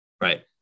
Right